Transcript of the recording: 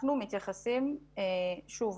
חלקם אותרו גם וגם,